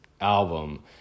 album